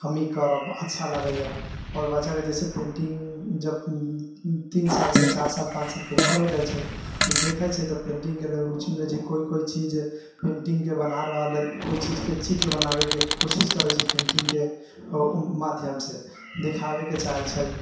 हम ई करब अच्छा लागैए आओर बच्चाके जइसे पेन्टिङ्ग जब तीन सालसँ चारि साल पाँच सालके उमर हो जाइ छै ओ देखै छै तऽ पेन्टिङ्गके लिए रुचि मिलै छै कोइ कोइ चीज पेन्टिङ्गके बना रहल हइ कोइ चीजके चित्र बनाबैके कोशिश करै छै पेन्टिङ्गके आओर ओ माध्यमसँ देखाबैके चाहै छै